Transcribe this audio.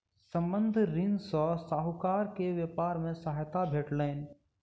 संबंद्ध ऋण सॅ साहूकार के व्यापार मे सहायता भेटलैन